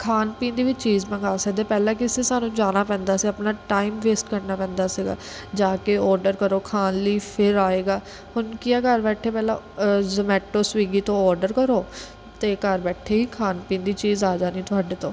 ਖਾਣ ਪੀਣ ਦੀ ਵੀ ਚੀਜ਼ ਮੰਗਵਾ ਸਕਦੇ ਪਹਿਲਾਂ ਕੀ ਸੀ ਸਾਨੂੰ ਜਾਣਾ ਪੈਂਦਾ ਸੀ ਆਪਣਾ ਟਾਈਮ ਵੇਸਟ ਕਰਨਾ ਪੈਂਦਾ ਸੀਗਾ ਜਾ ਕੇ ਔਡਰ ਕਰੋ ਖਾਣ ਲਈ ਫੇਰ ਆਏਗਾ ਹੁਣ ਕੀ ਆ ਘਰ ਬੈਠੇ ਪਹਿਲਾਂ ਜੋਮੈਟੋ ਸਵੀਗੀ ਤੋਂ ਔਡਰ ਕਰੋ ਅਤੇ ਘਰ ਬੈਠੇ ਹੀ ਖਾਣ ਪੀਣ ਦੀ ਚੀਜ਼ ਆ ਜਾਣੀ ਤੁਹਾਡੇ ਤੋਂ